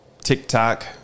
TikTok